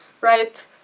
right